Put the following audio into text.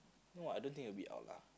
no I don't think it will be out lah